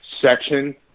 section